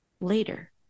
later